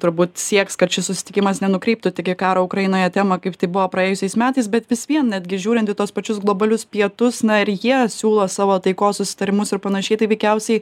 turbūt sieks kad šis susitikimas nenukreiptų tik į karo ukrainoje temą kaip tai buvo praėjusiais metais bet vis vien netgi žiūrint į tuos pačius globalius pietus na ir jie siūlo savo taikos susitarimus ir panašiai tai veikiausiai